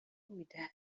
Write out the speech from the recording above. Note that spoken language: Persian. میده